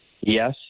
yes